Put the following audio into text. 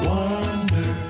Wonder